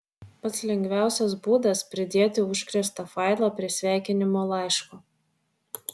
pats lengviausias būdas pridėti užkrėstą failą prie sveikinimo laiško